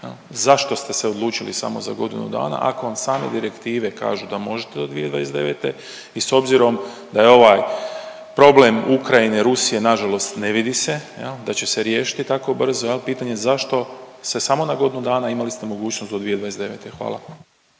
Zašto ste se odlučili samo za godinu dana ako vam same direktive kažu da možete do 2029. i s obzirom da je ovaj problem Ukrajine, Rusije nažalost ne vidi se jel da će se riješiti tako brzo jel, pitanje zašto ste samo na godinu dana, a imali ste mogućnost do 2029.? Hvala.